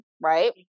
right